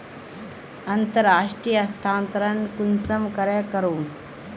अंतर्राष्टीय स्थानंतरण कुंसम करे करूम?